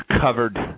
covered